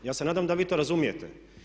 Ja se nadam da vi to razumijete.